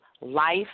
life